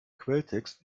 quelltext